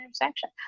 intersection